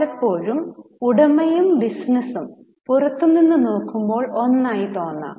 പലപ്പോഴും ഉടമയും ബിസിനസ്സും പുറത്തു നിന്ന് നോക്കുമ്പോൾ ഒന്നായി തോന്നാം